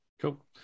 cool